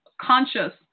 conscious